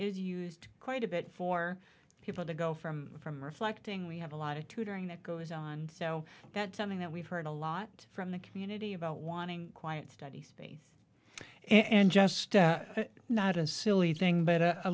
is used quite a bit for people to go from from reflecting we have a lot of tutoring that goes on so that's something that we've heard a lot from the community about wanting quiet study space and just not a silly thing but